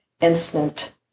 instant